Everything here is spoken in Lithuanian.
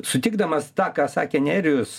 sutikdamas tą ką sakė nerijus